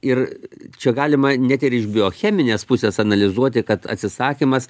ir čia galima net ir iš biocheminės pusės analizuoti kad atsisakymas